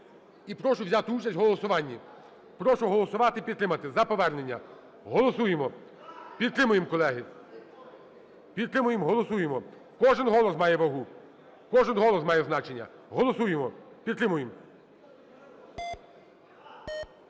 і прошу взяти участь у голосуванні. Прошу голосувати і підтримати, за повернення. Голосуємо, підтримуємо, колеги! Підтримуємо! Кожен голос має вагу, кожен голос має значення. Голосуємо, підтримуємо.